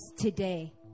today